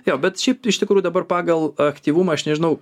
jo bet šiaip iš tikrųjų dabar pagal aktyvumą aš nežinau